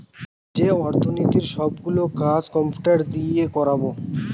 যে অর্থনীতির সব গুলো কাজ কম্পিউটার দিয়ে করাবো